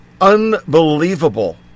unbelievable